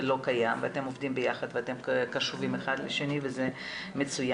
לא קיים ואתם עובדים ביחד וקשובים אחד לשני וזה מצוין.